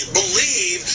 believe